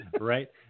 Right